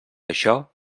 això